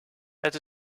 het